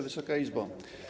Wysoka Izbo!